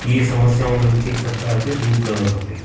इहे समस्या उननि खे सरकार खे दूरि करणु खपे